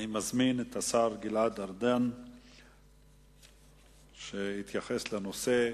אני מזמין את השר גלעד ארדן להתייחס לנושא,